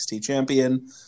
champion